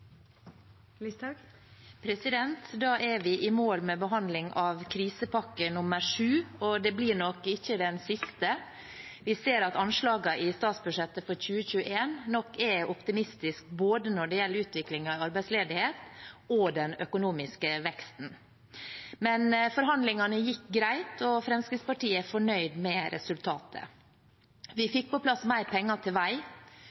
vi i mål med behandling av krisepakke nr. 7, og det blir nok ikke den siste. Vi ser at anslagene i statsbudsjettet for 2021 nok er optimistiske når det gjelder både utviklingen i arbeidsledighet og den økonomiske veksten, men forhandlingene gikk greit, og Fremskrittspartiet er fornøyd med resultatet. Vi fikk på plass mer penger til vei